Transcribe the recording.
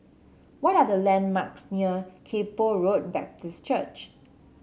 what are the landmarks near Kay Poh Road Baptist Church